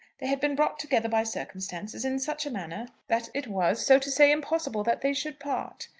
they had been brought together by circumstances, in such a manner that it was, so to say, impossible that they should part.